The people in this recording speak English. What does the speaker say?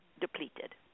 depleted